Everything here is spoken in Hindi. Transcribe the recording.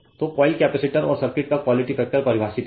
तो कॉइल कैपेसिटर और सर्किट का क्वालिटी फैक्टर परिभाषित है